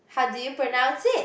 how do you pronounce it